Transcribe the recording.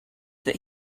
that